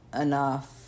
enough